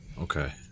okay